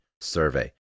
survey